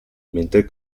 mentre